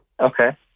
Okay